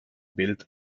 bild